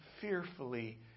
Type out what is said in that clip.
fearfully